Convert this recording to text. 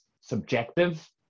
subjective